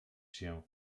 się